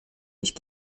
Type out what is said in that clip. ich